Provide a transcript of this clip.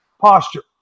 posture